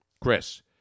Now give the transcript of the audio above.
Chris